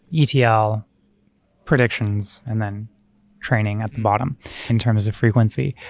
etl predictions, and then training at the bottom in terms of frequency,